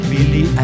Billy